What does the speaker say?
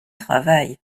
travail